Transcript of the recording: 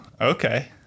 okay